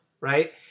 right